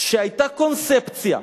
שהיתה קונספציה.